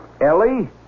Ellie